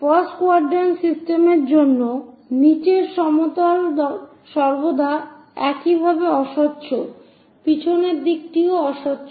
first quadrant সিস্টেমের জন্য নীচের সমতল সর্বদা একইভাবে অস্বচ্ছ পিছনের দিকটিও অস্বচ্ছ